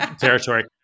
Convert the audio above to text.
territory